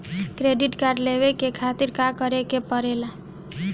Credit card लेवे के खातिर का करेके पड़ेला?